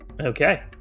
Okay